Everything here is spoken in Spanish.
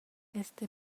este